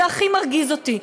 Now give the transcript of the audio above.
זה הכי מרגיז אותי.